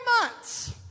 months